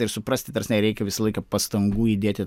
ir suprasti ta prasme reikia visą laiką pastangų įdėti